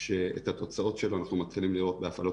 שאת התוצאות שלו אנחנו מתחילים לראות בהפעלת